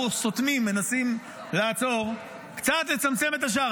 אנחנו סותמים, מנסים לעצור, קצת לצמצם את השער.